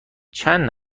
چند